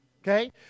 Okay